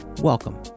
welcome